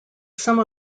some